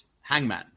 hangman